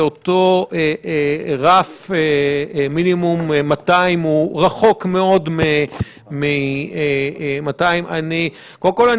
ואותו רף מינימום 200 הוא רחוק מאוד מ-200 קודם כל,